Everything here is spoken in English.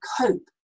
cope